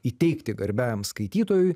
įteikti garbiajam skaitytojui